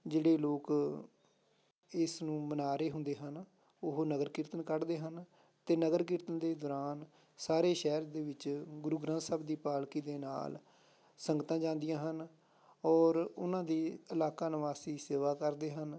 ਜਿਹੜੇ ਲੋਕ ਇਸਨੂੰ ਮਨਾ ਰਹੇ ਹੁੰਦੇ ਹਨ ਉਹ ਨਗਰ ਕੀਰਤਨ ਕੱਢਦੇ ਹਨ ਅਤੇ ਨਗਰ ਕੀਰਤਨ ਦੇ ਦੌਰਾਨ ਸਾਰੇ ਸ਼ਹਿਰ ਦੇ ਵਿੱਚ ਗੁਰੂ ਗ੍ਰੰਥ ਸਾਹਿਬ ਦੀ ਪਾਲਕੀ ਦੇ ਨਾਲ ਸੰਗਤਾਂ ਜਾਂਦੀਆਂ ਹਨ ਔਰ ਉਹਨਾਂ ਦੀ ਇਲਾਕਾ ਨਿਵਾਸੀ ਸੇਵਾ ਕਰਦੇ ਹਨ